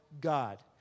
God